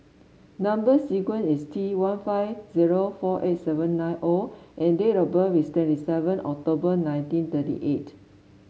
number sequence is T one five zero four eight seven nine O and date of birth is twenty seven October nineteen thirty eight